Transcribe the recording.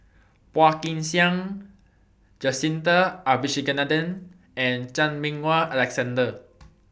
Phua Kin Siang Jacintha Abisheganaden and Chan Meng Wah Alexander